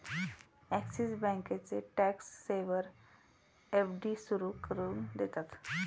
axis बँकेचे tax saver FD सुरू करून देतात